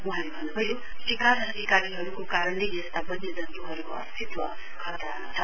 वहाँले भन्नुभयो शिकार र शिकारीहरूको कारणले यस्तो वन्यजन्तुहरूको अस्तित्व खतरामा छ